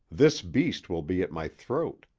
this beast will be at my throat.